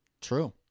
True